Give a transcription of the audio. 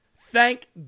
Thank